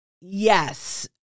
Yes